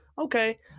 Okay